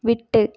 விட்டு